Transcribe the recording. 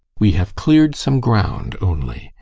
we have cleared some ground only.